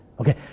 Okay